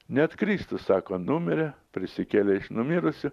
net kristus sako numirė prisikėlė iš numirusių